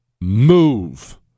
move